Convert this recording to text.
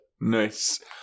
Nice